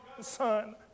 Son